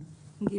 (ג)